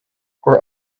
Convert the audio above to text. where